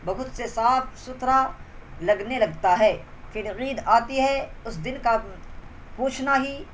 بہت سے صاف ستھرا لگنے لگتا ہے پھر عید آتی ہے اس دن کا پوچھنا ہی